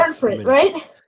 right